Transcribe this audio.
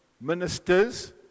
ministers